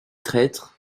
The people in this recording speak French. traître